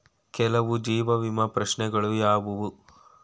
ಕೆಲವು ಜೀವ ವಿಮಾ ಪ್ರಶ್ನೆಗಳು ಯಾವುವು?